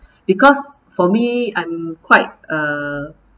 because for me I'm quite a